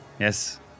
Yes